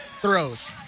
throws